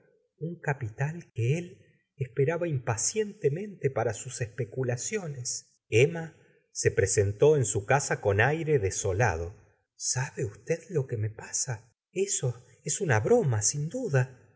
un capital que él esperaba impacientemente para sus especulaciones emma se presentó en su casa con aire desolado sabe usted lo que me pasa eso es una broma sin duda